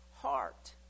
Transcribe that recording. heart